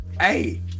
Hey